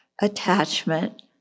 attachment